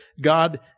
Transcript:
God